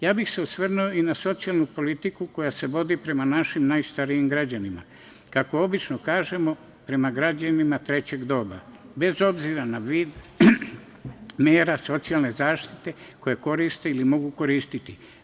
Ja bih se osvrnuo i na socijalnu politiku koja se vodi prema našim najstarijim građanima, kako obično kažemo, prema građanima trećeg doba, bez obzira na vid mera socijalne zaštite koju koristi ili mogu koristiti.